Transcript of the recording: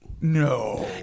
No